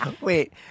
Wait